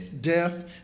Death